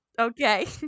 Okay